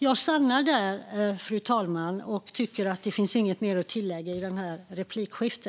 Jag stannar där, fru talman, för jag tycker inte att det finns mer att tillägga i detta replikskifte.